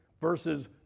versus